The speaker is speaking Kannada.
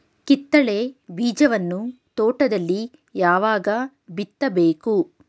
ಕಿತ್ತಳೆ ಬೀಜವನ್ನು ತೋಟದಲ್ಲಿ ಯಾವಾಗ ಬಿತ್ತಬೇಕು?